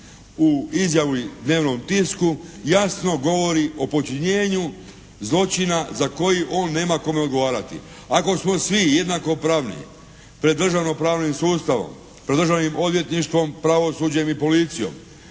u izjavi u dnevnom tisku jasno govori o počinjenju zločina za koji on nema kome odgovarati. Ako smo svi jednakopravni pred državnopravnim sustavom, pred Državnim odvjetništvom, pravosuđem i policijom,